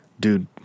Dude